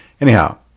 Anyhow